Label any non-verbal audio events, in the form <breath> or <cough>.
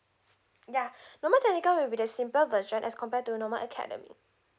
yeah <breath> normal technical will be the simpler version as compared to normal academic